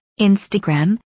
Instagram